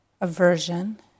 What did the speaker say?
aversion